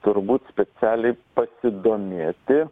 turbūt specialiai pasidomėti